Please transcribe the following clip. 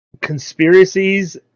conspiracies